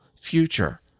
future